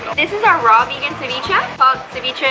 this is our raw vegan tv chat box ceviche